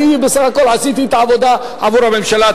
אני בסך הכול עשיתי את העבודה עבור הממשלה.